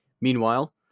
Meanwhile